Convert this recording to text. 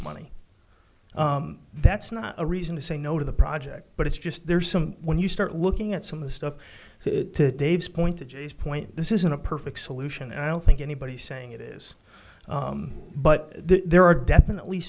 money that's not a reason to say no to the project but it's just there's some when you start looking at some of the stuff to dave's point to jay's point this isn't a perfect solution and i don't think anybody saying it is but there are definitely